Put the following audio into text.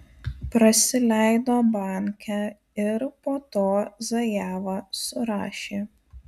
prasileido bankę ir po to zajavą surašė